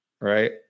Right